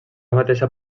mateixa